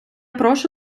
прошу